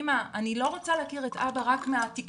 אימא אני לא רוצה להכיר את אבא מהתקשורת,